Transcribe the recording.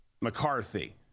McCarthy